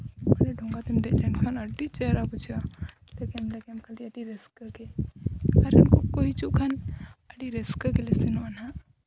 ᱰᱷᱚᱸᱜᱟ ᱛᱮᱢ ᱫᱮᱡ ᱞᱮᱱᱠᱷᱟᱱ ᱟᱹᱰᱤ ᱪᱮᱦᱨᱟ ᱵᱩᱡᱷᱟᱹᱜᱼᱟ ᱞᱮᱜᱮᱢ ᱞᱮᱜᱮᱢ ᱠᱷᱟᱹᱞᱤ ᱟᱹᱰᱤ ᱨᱟᱹᱥᱠᱟᱹ ᱜᱮ ᱟᱨ ᱩᱱᱠᱩ ᱠᱚ ᱦᱤᱡᱩᱜ ᱠᱷᱟᱱ ᱟᱹᱰᱤ ᱨᱟᱹᱥᱠᱟᱹ ᱜᱮᱞᱮ ᱥᱮᱱᱚᱜᱼᱟ ᱦᱟᱸᱜ